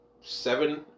seven